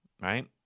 right